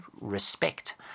respect